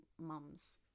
mums